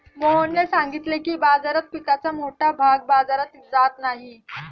मोहनने सांगितले की, भारतात पिकाचा मोठा भाग बाजारात जात नाही